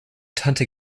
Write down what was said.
tante